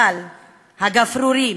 אבל הגפרורים,